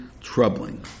troubling